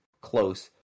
close